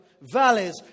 Valleys